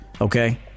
Okay